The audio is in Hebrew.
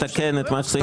נתקן את מה שצריך לתקן.